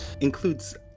Includes